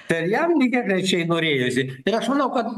tai ir jam lygiagrečiai norėjosi tai aš manau kad